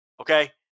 Okay